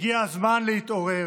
הגיע הזמן להתעורר.